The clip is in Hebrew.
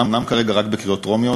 אומנם כרגע רק בקריאות טרומיות,